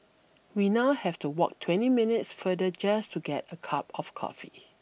we now have to walk twenty minutes further just to get a cup of coffee